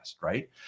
right